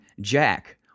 Jack